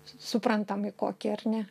su suprantam į kokį ar ne